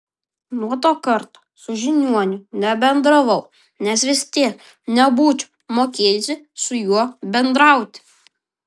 nuo to karto su žiniuoniu nebendravau nes vis tiek nebūčiau mokėjusi su juo bendrauti